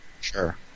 Sure